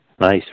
nice